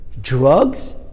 drugs